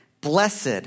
blessed